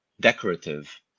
decorative